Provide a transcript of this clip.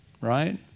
right